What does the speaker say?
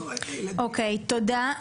אוקיי, תודה.